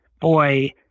boy